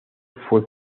fue